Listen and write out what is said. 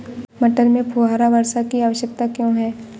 मटर में फुहारा वर्षा की आवश्यकता क्यो है?